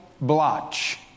blotch